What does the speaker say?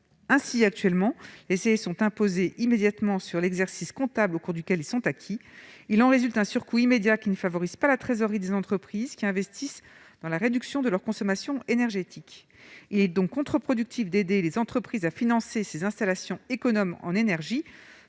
actuelle, les CEE sont imposés immédiatement sur l'exercice comptable au cours duquel ils sont acquis. Il en résulte un surcoût immédiat qui ne favorise pas la trésorerie des entreprises qui investissent dans la réduction de leur consommation énergétique. Il est contre-productif d'aider les entreprises à financer ces installations économes en énergie,